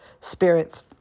spirits